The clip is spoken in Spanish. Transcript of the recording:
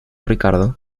ricardo